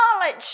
knowledge